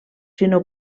sinó